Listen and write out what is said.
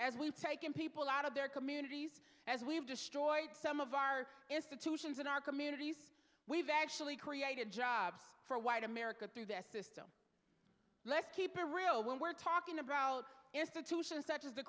as we've taken people out of their communities as we've destroyed some of our institutions in our communities we've actually created jobs for white america through this system let's keep it real when we're talking about institutions such as the